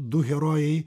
du herojai